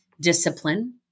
discipline